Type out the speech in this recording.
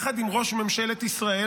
יחד עם ראש ממשלת ישראל,